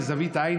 בזווית העין,